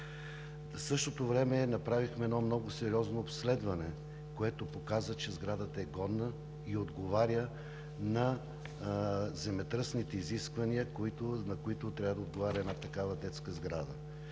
В същото време направихме едно много сериозно обследване, което показа, че сградата е годна и отговаря на земетръсните изисквания, на които трябва да отговаря една такава детска сграда.